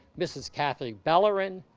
mrs. cathy belleran,